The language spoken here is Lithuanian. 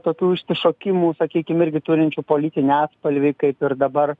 tokių išsišokimų sakykim irgi turinčių politinį atspalvį kaip ir dabar